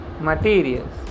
materials